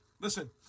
listen